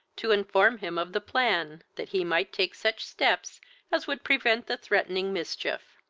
to inform him of the plan, that he might take such steps as would prevent the threatening mischief.